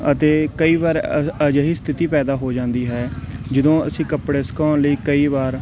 ਅਤੇ ਕਈ ਵਾਰ ਅ ਅਜਿਹੀ ਸਥਿਤੀ ਪੈਦਾ ਹੋ ਜਾਂਦੀ ਹੈ ਜਦੋਂ ਅਸੀਂ ਕੱਪੜੇ ਸੁਕਾਉਣ ਲਈ ਕਈ ਵਾਰ